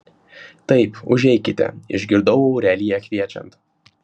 taip užeikite išgirdau aureliją kviečiant